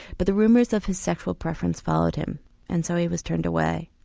but the rumours of his sexual preference followed him and so he was turned away.